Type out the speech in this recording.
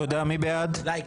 לייק.